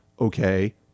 okay